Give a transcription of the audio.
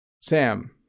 Sam